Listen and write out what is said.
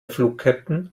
flugkapitän